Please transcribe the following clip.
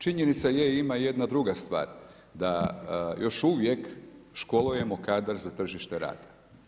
Činjenica je, ima jedna druga stvar, da još uvijek školujemo kadar za tržište rada.